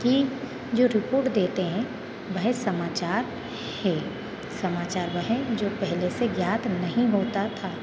की जो रिपोर्ट देते हैं वह समाचार है समाचार वह जो पहले से ज्ञात नहीं होता था